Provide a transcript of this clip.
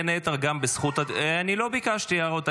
בין היתר גם על זכות ----- אני לא ביקשתי הערות.